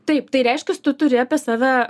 taip tai reiškias tu turi apie save